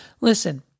listen